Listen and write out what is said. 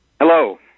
Hello